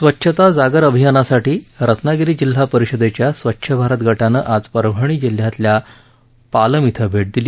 स्वच्छता जागर अभियानासाठी रत्नागिरी जिल्हा परिषदेच्या स्वच्छ भारत गटाने आज परभणी जिल्ह्यातल्या पालम ध्वें भेट दिली